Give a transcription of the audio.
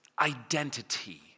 Identity